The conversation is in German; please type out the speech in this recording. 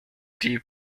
die